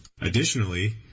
Additionally